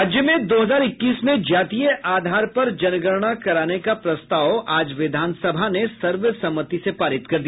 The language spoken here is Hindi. राज्य में दो हजार इक्कीस में जातीय आधार पर जनगणना कराने का प्रस्ताव आज विधानसभा ने सर्वसम्मति से पारित कर दिया